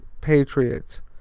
Patriots